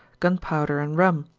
gunpowder, and rum,